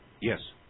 Yes